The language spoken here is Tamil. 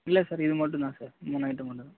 இல்லை சார் இது மட்டும்தான் சார் மூணு ஐட்டம் மட்டும்தான்